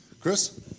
Chris